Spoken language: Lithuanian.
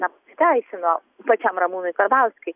nepasiteisino pačiam ramūnui karbauskiui